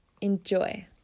Enjoy